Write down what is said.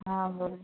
हाँ बोल